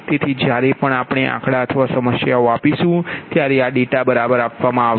તેથી જ્યારે પણ આપણે આંકડા અથવા સમસ્યાઓ આપીશું ત્યારે આ ડેટા બરાબર આપવામાં આવશે